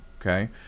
Okay